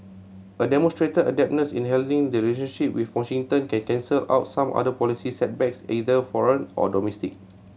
a demonstrated adeptness in handling the relationship with Washington can cancel out some other policy setbacks either foreign or domestic